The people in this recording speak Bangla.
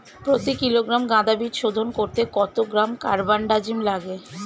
প্রতি কিলোগ্রাম গাঁদা বীজ শোধন করতে কত গ্রাম কারবানডাজিম লাগে?